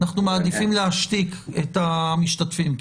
אנחנו מעדיפים להשתיק את המשתתפים.